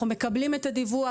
אנחנו מקבלים את הדיווח,